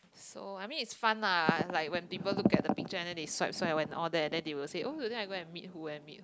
so I mean is fun ah like when people look at the picture and then they swipe swipe and all that then they will say oh today I go and meet who and meet who